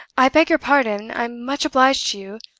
i beg your pardon, i'm much obliged to you,